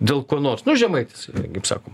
dėl ko nors nu žemaitis kaip sako